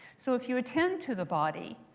so if you attend to the body,